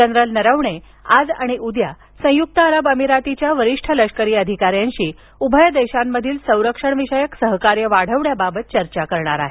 general Naravane आज आणि उद्या संयुक्त अरब अमिरातीच्या वरिष्ठ लष्करी अधिकाऱ्यांशी उभय देशांमधील संरक्षणविषयक सहकार्य वाढवण्याबाबत चर्चा करणार आहेत